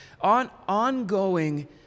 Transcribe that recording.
Ongoing